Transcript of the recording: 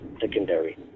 secondary